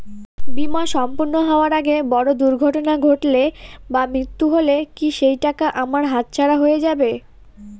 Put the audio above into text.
বীমা সম্পূর্ণ হওয়ার আগে বড় দুর্ঘটনা ঘটলে বা মৃত্যু হলে কি সেইটাকা আমার হাতছাড়া হয়ে যাবে?